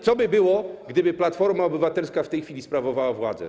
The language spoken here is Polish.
Co by było, gdyby Platforma Obywatelska w tej chwili sprawowała władzę?